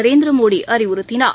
நரேந்திர மோடி அறிவுறுத்தினார்